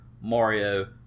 Mario